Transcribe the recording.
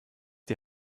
die